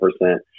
percent